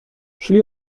szli